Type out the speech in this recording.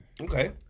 Okay